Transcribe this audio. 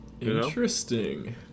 Interesting